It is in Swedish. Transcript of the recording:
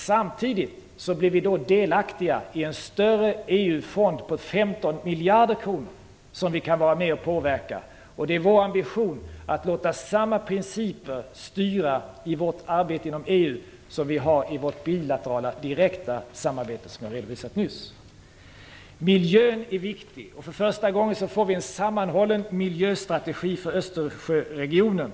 Samtidigt blir vi delaktiga i en större EU-fond på 15 miljarder kronor som vi kan vara med och påverka. Det är vår ambition att låta samma principer styra i vårt arbete inom EU som vi har i vårt bilaterala direkta samarbete, som jag har redovisat nyss. Miljön är viktig, och för första gången får vi en sammanhållen miljöstrategi för Östersjöregionen.